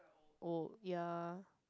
old ya